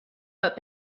but